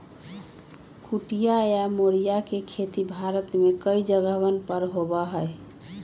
कुटकी या मोरिया के खेती भारत में कई जगहवन पर होबा हई